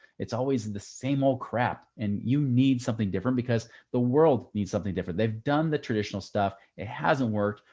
it's always and the same old crap and you need something different because the world needs something different. they've done the traditional stuff. it hasn't worked.